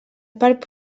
part